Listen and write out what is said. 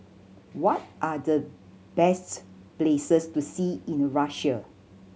what are the best places to see in Russia